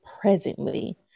presently